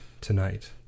tonight